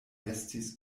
estis